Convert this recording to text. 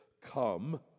come